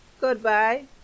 goodbye